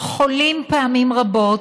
חולים פעמים רבות,